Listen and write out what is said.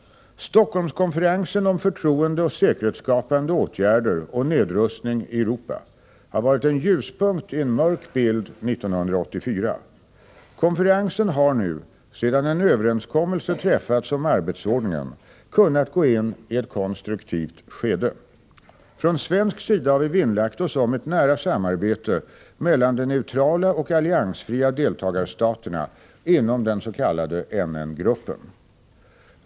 Stockholmskonferensen om förtroendeoch säkerhetsskapande åtgärder och nedrustning i Europa har varit en ljuspunkt i en mörk bild 1984. Konferensen har nu, sedan en överenskommelse träffats om arbetsordningen, kunnat gå in i ett konstruktivt skede. Från svensk sida har vi vinnlagt oss om ett nära samarbete mellan de neutrala och alliansfria deltagarstaterna inom den s.k. NN-gruppen.